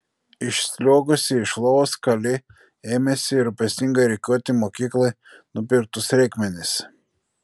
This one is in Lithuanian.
išsliuogusi iš lovos kali ėmėsi rūpestingai rikiuoti mokyklai nupirktus reikmenis